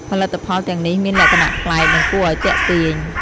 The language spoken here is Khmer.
ផលិតផលទាំងនេះមានលក្ខណៈប្លែក និងគួរឲ្យទាក់ទាញ។